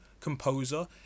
composer